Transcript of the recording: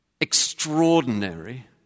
extraordinary